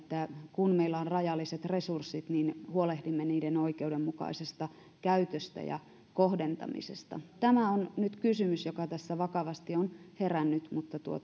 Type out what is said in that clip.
kun meillä on rajalliset resurssit niin huolehdimme niiden oikeudenmukaisesta käytöstä ja kohdentamisesta tämä on nyt kysymys joka tässä vakavasti on herännyt